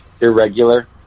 irregular